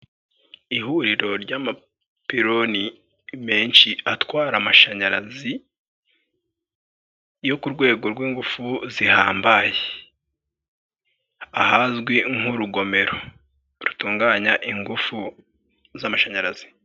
Ihuriro ry'amapironi menshi atwara amashanyarazi yo ku rwego rw'ingufu zihambaye, ahazwi nk'urugomero rutunganya ingufu z'amashanyarazi.